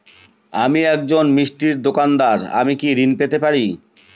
আমি একজন মিষ্টির দোকাদার আমি কি ঋণ পেতে পারি?